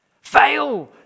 Fail